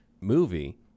movie